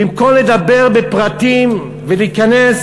במקום לדבר בפרטים ולהיכנס